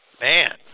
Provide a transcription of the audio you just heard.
man